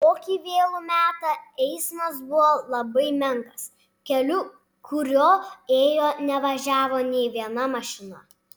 tokį vėlų metą eismas buvo labai menkas keliu kuriuo ėjo nevažiavo nė viena mašina